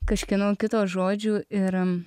kažkieno kito žodžių ir